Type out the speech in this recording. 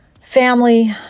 family